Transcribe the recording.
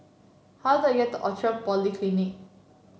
how do I get to Outram Polyclinic